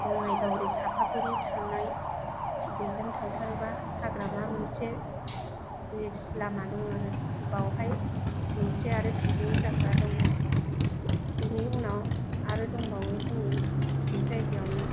बङाइगाव ओरै चापागुरि थांनाय बेजों थांथारबा हाग्रामा मोनसे ब्रिज लामा दं आरो बावहाय मोनसे आरो पिकनि जाग्रा दङ बिनि उनाव आरो दंबावो जोंनो बे जायगायावनो